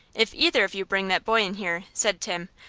if either of you bring that boy in here, said tim,